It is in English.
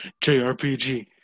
JRPG